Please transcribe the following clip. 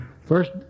First